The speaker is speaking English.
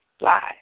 live